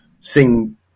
sing